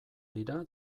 dira